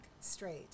straight